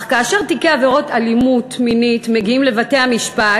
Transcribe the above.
אך כאשר תיקי עבירות אלימות מינית מגיעים לבתי-המשפט,